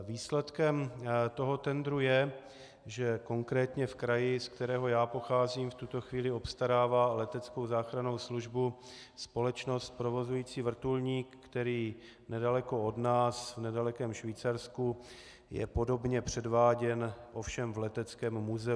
Výsledkem toho tendru je, že konkrétně v kraji, z kterého já pocházím, v tuto chvíli obstarává leteckou záchrannou službu společnost provozující vrtulník, který nedaleko od nás, v nedalekém Švýcarsku, je podobně předváděn, ovšem v leteckém muzeu.